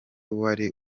wari